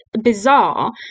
bizarre